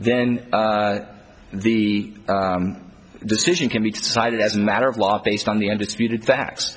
s then the decision can be decided as a matter of law based on the undisputed facts